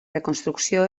reconstrucció